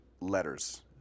letters